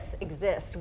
exists